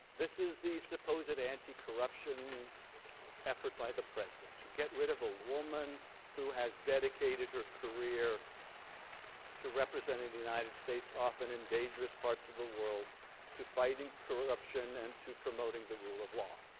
this is the suppose it anticorruption effort by the president to get rid of a woman who has dedicated her career to representing the united states often endangers parts of the world to fight and corruption and to promote and the rule of law.